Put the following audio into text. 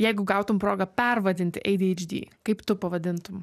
jeigu gautum progą pervadinti eidieidždi kaip tu pavadintum